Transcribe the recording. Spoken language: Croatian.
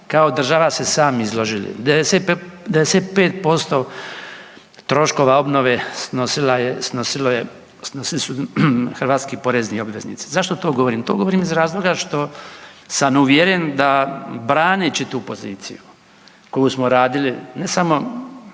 kao država se sami izložili. 95% troškova obnove snosila je, snosili su hrvatski porezni obveznici. Zašto to govorim? To govorim iz razloga što sam uvjeren da braneći tu poziciju koju smo radili, ne samo